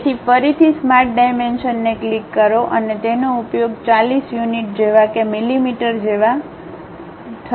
તેથી ફરીથી સ્માર્ટ ડાયમેન્શનને ક્લિક કરો અને તેનો ઉપયોગ 40 યુનિટ જેવા કે મિલીમીટર જેવા ઓકે